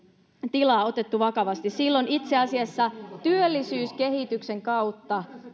tilaa otettu vakavasti silloin itse asiassa työllisyyskehityksen kautta